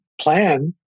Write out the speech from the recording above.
plan